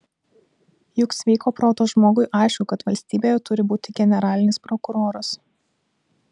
juk sveiko proto žmogui aišku kad valstybėje turi būti generalinis prokuroras